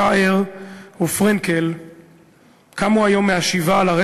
שער ופרנקל קמו היום מהשבעה על ילדיהן,